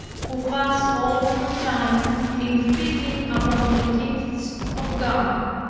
who pass all your time in feeding upon the gifts of god,